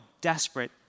desperate